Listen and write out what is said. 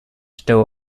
still